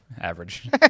average